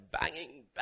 Banging